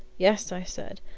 yes, i said,